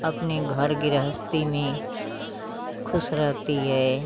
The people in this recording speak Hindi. अपने घर गृहस्थी में खुश रहती है